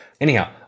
Anyhow